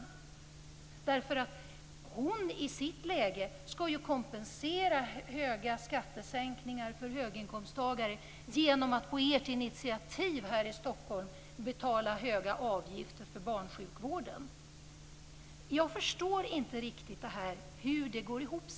Hon skall t.ex. i sitt läge här i Stockholm kompensera stora skattesänkningar för höginkomsttagare genom att på ert initiativ betala höga avgifter för barnsjukvården. Jag förstår inte riktigt hur det går ihop.